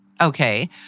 Okay